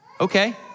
Okay